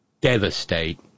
devastate